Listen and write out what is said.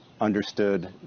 understood